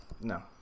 No